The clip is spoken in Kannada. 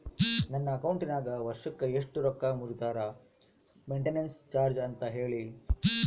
ನನ್ನ ಅಕೌಂಟಿನಾಗ ವರ್ಷಕ್ಕ ಎಷ್ಟು ರೊಕ್ಕ ಮುರಿತಾರ ಮೆಂಟೇನೆನ್ಸ್ ಚಾರ್ಜ್ ಅಂತ ಹೇಳಿ?